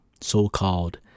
so-called